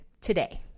today